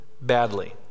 badly